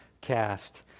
cast